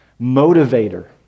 motivator